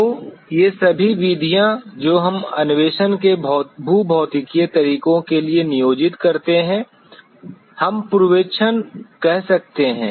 तो ये सभी विधियाँ जो हम अन्वेषण के भूभौतिकीय तरीकों के लिए नियोजित करते हैं हम पूर्वेक्षण कह सकते हैं